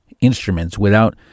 instruments—without